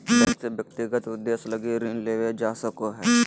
bank से व्यक्तिगत उद्देश्य लगी ऋण लेवल जा सको हइ